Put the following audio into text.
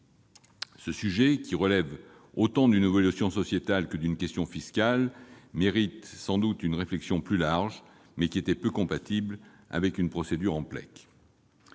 Ce sujet, qui relève autant d'une évolution sociétale que d'une question fiscale, mérite sans doute une réflexion plus large, qui était peu compatible avec une procédure de